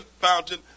fountain